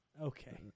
Okay